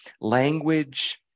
language